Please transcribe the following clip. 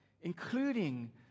including